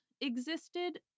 existed